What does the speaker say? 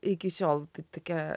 iki šiol tokia